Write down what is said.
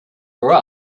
for